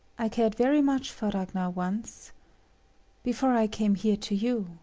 i cared very much for ragnar once before i came here to you.